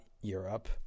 Europe